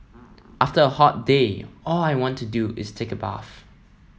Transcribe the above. after a hot day all I want to do is take a bath